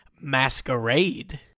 masquerade